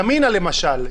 ימינה למשל,